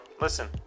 listen